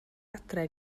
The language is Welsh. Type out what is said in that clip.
adre